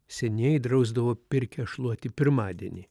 senieji drausdavo pirkią šluoti pirmadienį